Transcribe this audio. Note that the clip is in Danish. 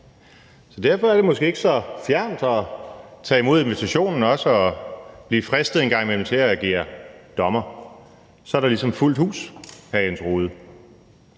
så derfor er det måske ikke så fjernt at tage imod invitationen og også at blive fristet en gang imellem til at agere dommer. Så er der ligesom fuldt hus, hr. Jens Rohde.